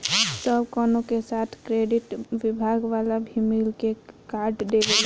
सब कवनो के साथ क्रेडिट विभाग वाला भी मिल के कार्ड देवेला